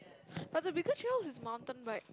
but the bigger trails is mountain bike